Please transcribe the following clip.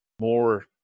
more